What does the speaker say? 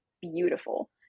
beautiful